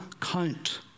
count